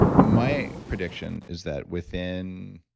my prediction is that within